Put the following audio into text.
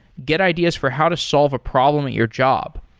get ideas for how to solve a problem at your job.